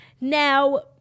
Now